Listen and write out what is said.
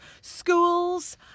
schools